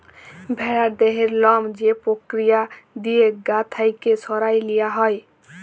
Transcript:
ভেড়ার দেহের লম যে পক্রিয়া দিঁয়ে গা থ্যাইকে সরাঁয় লিয়া হ্যয়